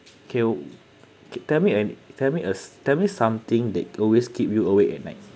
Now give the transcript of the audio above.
kell t~ tell me an tell me as tell me something that always keep you awake at night